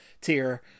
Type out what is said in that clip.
tier